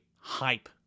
hype